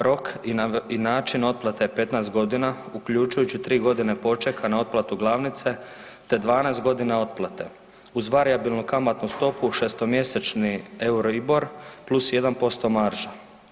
Rok i način otplate 15 godina uključujući 3 godine počeka na otplatu glavnice te 12 godina otplate uz varijabilnu kamatnu stopu 6-mjesečni euroibor plus 1% marže.